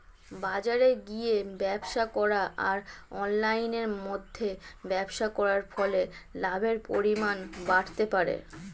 বাজারে গিয়ে ব্যবসা করা আর অনলাইনের মধ্যে ব্যবসা করার ফলে লাভের পরিমাণ বাড়তে পারে?